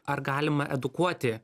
ar galima edukuoti